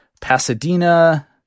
pasadena